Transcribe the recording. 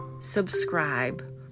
subscribe